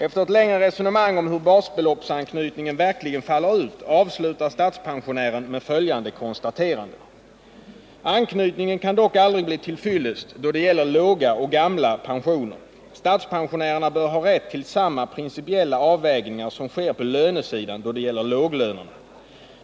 Efter ett längre resonemang om hur basbeloppsanknytningen verkligen faller ut avslutar Statspensionären med följande konstaterande: ”Anknytningen kan dock aldrig bli tillfyllest då det gäller låga och gamla pensioner. Statspensionärerna bör ha rätt till samma principiella avvägningar som sker på lönesidan då det gäller låglönerna.